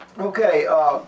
Okay